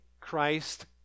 Christ